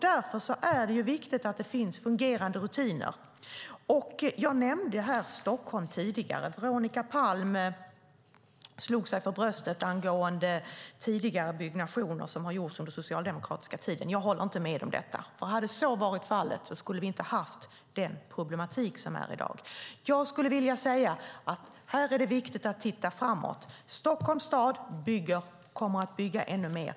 Därför är det viktigt att det finns fungerande rutiner. Jag nämnde Stockholm tidigare. Veronica Palm slog sig för bröstet angående tidigare byggnationer som har gjorts under den socialdemokratiska tiden. Jag håller inte med om detta. Om så hade varit fallet hade inte dagens problem funnits. Här är det viktigt att titta framåt. Stockholms stad bygger och kommer att bygga ännu mer.